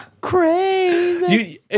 Crazy